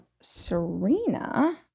Serena